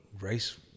race